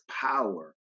power